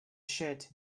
should